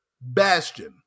bastion